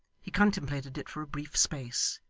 he contemplated it for a brief space,